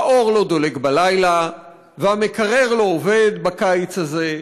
האור לא דולק בלילה, והמקרר לא עובד, בקיץ הזה,